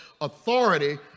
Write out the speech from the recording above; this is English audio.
authority